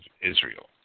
Israel